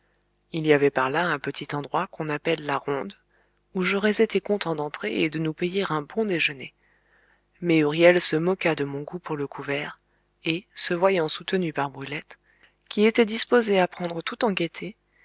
il y avait par là un petit endroit qu'on appelle la ronde où j'aurais été content d'entrer et de nous payer un bon déjeuner mais huriel se moqua de mon goût pour le couvert et se voyant soutenu par brulette qui était disposée à prendre tout en gaieté